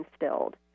instilled